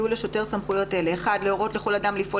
יהיו לשוטר סמכויות אלה: להורות לכל אדם לפעול